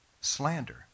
Slander